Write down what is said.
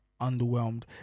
underwhelmed